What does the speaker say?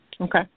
Okay